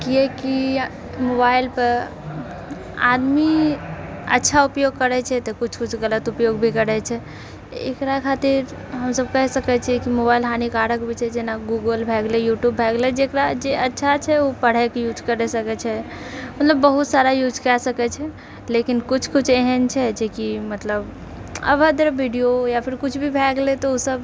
किए कि मोबाइल पर आदमी अच्छा उपयोग करै छै तऽ कुछ कुछ गलत उपयोग भी करै छै एकरा खातिर हमसब कहि सकै छियै कि मोबाइल हानिकारक भी छै जेना गूगल भए गेलै यूट्यूब भए गेलै जेकरा जे अच्छा छै ऊ पढ़ै के यूज कैर सकै छै मतलब बहुत सारा यूज कए सकै छै लेकिन कुछ कुछ एहेन छै जे कि मतलब अभद्र वीडियो या फेर कुछ भी भए गेलै तऽ ऊ सब